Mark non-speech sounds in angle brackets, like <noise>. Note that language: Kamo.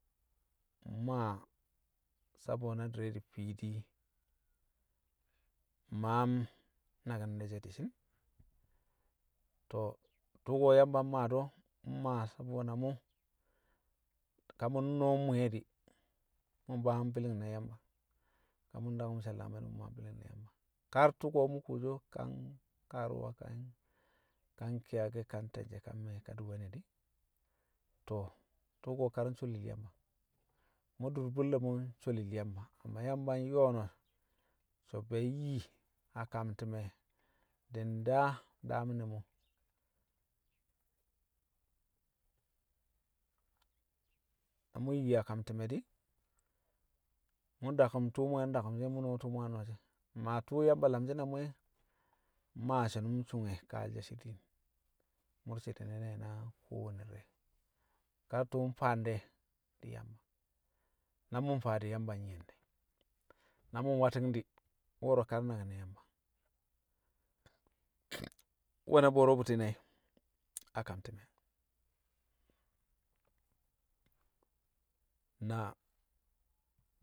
mmaa sabo na di̱re̱ di̱ fiidi maam naki̱n ne̱ she̱ di̱shi̱n. To̱, tṵko̱ Yamba mmaa de o̱ mmaa sabo na mṵ ka mu̱ nno̱o̱ mwi̱ye̱ di̱ mṵ bwangu̱m bi̱li̱n na Yamba, ka mu̱ dakṵm she̱l da̱kme̱ di̱ mṵ maa bi̱li̱n na Yamba, kar tṵko̱ mṵ kuwoshi o̱ ka nkaaru̱wa, kan- ka nki̱yake̱, ka nte̱nje, ka mme̱e̱, ka di̱ we̱ne̱ di̱, to̱, tṵko̱ kar nsholil Yamba. Mu̱ dur bu̱lle̱ mo̱ nsholil Yamba. Amma Yamba nyo̱o̱ no̱ so̱ be̱e̱ nyi a kam ti̱me̱ di̱ ndaa daam ne̱ mo̱. Na mṵ nyi a kam ti̱me̱ di̱, mṵ dakṵm tṵṵ mṵ yang dakṵm mu̱ no̱o̱ tṵṵ mṵ yang no̱o̱shi o̱, maa tṵṵ Yamba lamshi̱ na mṵ e̱, mmaa shi̱nṵm sṵnge̱ kaale̱ she̱ shi̱ diin, mu̱r shi̱ne̱ dẹ na kowanne di̱re̱. Kar tṵṵ mfaan de̱ di̱ Yamba, na mu̱ mfaa di̱, di̱ Yamba nyi̱yẹn dẹ, na mu̱ nwati̱ng di̱ wo̱ro̱ kar nnaki̱n ne̱ Yamba. <noise> Nwe̱ na bo̱o̱ro̱ bu̱ti̱ nai̱ a kam ti̱me̱ <noise> na